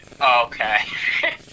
Okay